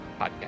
podcast